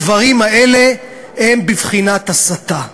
הדברים האלה הם בבחינת הסתה.